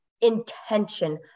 intention